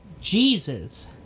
Jesus